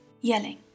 yelling